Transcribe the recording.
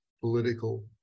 Political